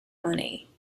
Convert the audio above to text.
money